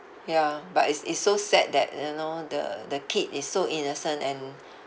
ya but it's it's so sad that you know the the kid is so innocent and